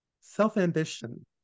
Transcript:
self-ambition